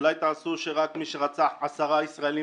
אולי תעשו שרק מי שרצח עשרה ישראלים